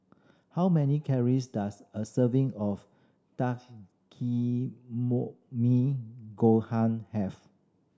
how many calories does a serving of gohan have